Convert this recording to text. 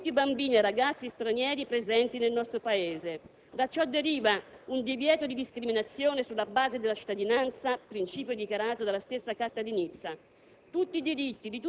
quindi anche a tutti i bambini e ai ragazzi stranieri presenti nel nostro Paese. Da ciò deriva un divieto di discriminazione sulla base della cittadinanza, principio dichiarato dalla stessa Carta di Nizza.